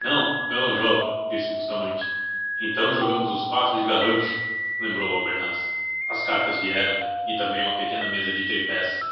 não eu não jogo disse bustamante então jogamos os quatro de garrancho lembrou albernaz as cartas vieram e também uma pequena mesa de tripeça